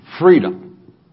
freedom